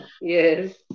Yes